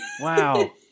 Wow